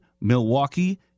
Milwaukee